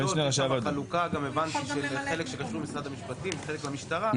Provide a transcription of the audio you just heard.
גם חלוקה חלק ממשרד המשפטים חלק מהמשטרה,